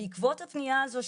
בעקבות הפניה הזו,